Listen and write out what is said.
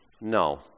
No